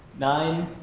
nine,